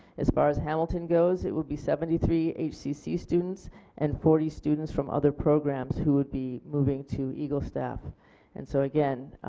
as far as hamilton goes it would be seventy three hcc students and forty students from other programs would be moving to eagle staff and so again